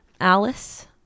Alice